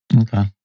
Okay